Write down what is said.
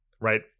right